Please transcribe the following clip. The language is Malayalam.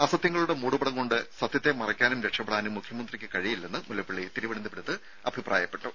അസത്യങ്ങളുടെ മൂടുപടം കൊണ്ട് സത്യത്തെ മറയ്ക്കാനും രക്ഷപ്പെടാനും മുഖ്യമന്ത്രിയ്ക്ക് കഴിയില്ലെന്ന് മുല്ലപള്ളി തിരുവനന്തപുരത്ത് അഭിപ്രായപ്പെട്ടു